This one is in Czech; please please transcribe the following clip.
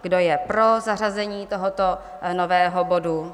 Kdo je pro zařazení tohoto nového bodu?